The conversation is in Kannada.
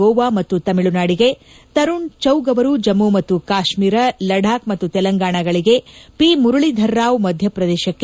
ಗೋವಾ ಮತ್ತು ತಮಿಳುನಾಡಿಗೆ ತರುಣ್ ಚೌಗ್ ಅವರು ಜಮ್ಮು ಮತ್ತು ಕಾಶ್ಮೀರ ಲಡಾಕ್ ಮತ್ತು ತೆಲಂಗಾಣಗಳಿಗೆ ಪಿ ಮುರಳೀದರ ರಾವ್ ಮಧ್ಯ ಪ್ರದೇಶಕ್ಕೆ